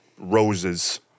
Roses